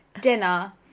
dinner